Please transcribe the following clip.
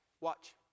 Watch